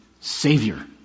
Savior